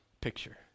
picture